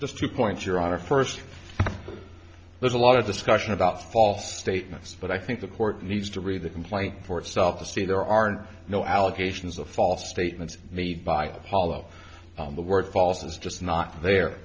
just to point your honor first there's a lot of discussion about false statements but i think the court needs to read the complaint for itself to see there aren't no allegations of false statements made by apollo on the word false is just not there